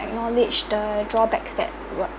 acknowledged the drawbacks that what